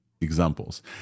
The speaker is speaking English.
examples